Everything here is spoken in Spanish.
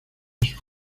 sus